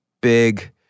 big